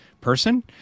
person